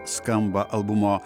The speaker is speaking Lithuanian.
skamba albumo